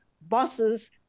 bosses